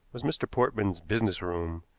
was mr. portman's business room,